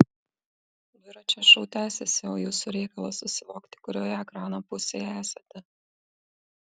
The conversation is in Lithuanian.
dviračio šou tęsiasi o jūsų reikalas susivokti kurioje ekrano pusėje esate